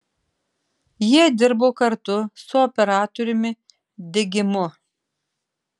jie dirbo kartu su operatoriumi digimu